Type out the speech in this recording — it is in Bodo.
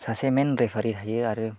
सासे मेन रेफारि थायो आरो